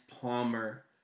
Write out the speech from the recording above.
Palmer